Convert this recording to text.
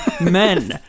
men